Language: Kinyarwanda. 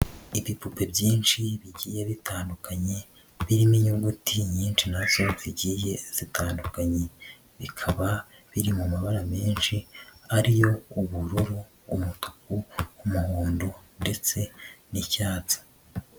Ibipupe byinshi bigiye bitandukanye birimo inyuguti nyinshi nazo zigiye zitandukanye bikaba biri mu mabara menshi ari yo ubururu, umutuku, n'umuhondo ndetse n'icyatsi.